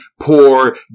poor